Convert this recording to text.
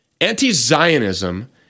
anti-Zionism